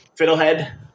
Fiddlehead